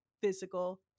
physical